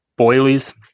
boilies